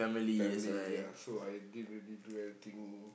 family ya so I didn't really do anything